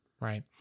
Right